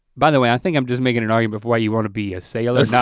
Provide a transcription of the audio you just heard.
by the way i think i'm just making an argument for why you wanna be a sailor,